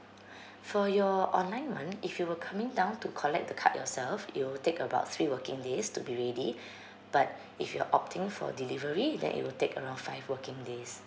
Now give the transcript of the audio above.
for your online one if you were coming down to collect the card yourself it will take about three working days to be ready but if you're opting for delivery then it will take around five working days